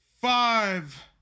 Five